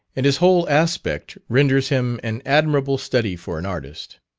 and his whole aspect renders him an admirable study for an artist.